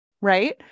right